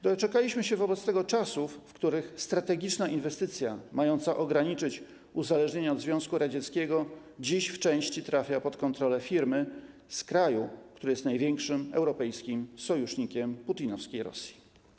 Doczekaliśmy wobec tego czasów, w których strategiczna inwestycja mająca ograniczyć uzależnienie od Związku Radzieckiego dziś w części trafia pod kontrolę firmy z kraju, który jest największym europejskim sojusznikiem putinowskiej Rosji.